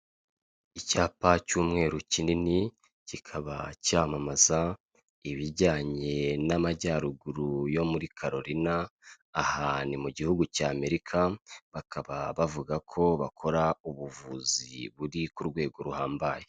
Icyapa cy'umweru kinini kikaba cyamamaza ibijyanye n'amajyaruguru yo muri Carolina, aha ni mu gihugu cy'Amerika bakaba bavuga ko bakora ubuvuzi buri ku rwego ruhambaye.